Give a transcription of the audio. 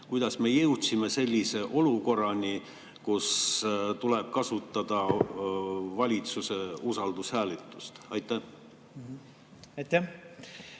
Kuidas me jõudsime sellise olukorrani, kus tuleb kasutada valitsuse usaldushääletust? Aitäh,